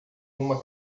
uma